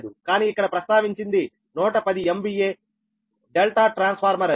కానీ ఇక్కడ ప్రస్తావించింది 110 MVA∆ ట్రాన్స్ఫార్మర్ అని